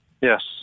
Yes